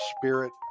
spirit